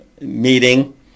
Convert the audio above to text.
meeting